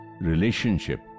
relationship